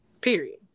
Period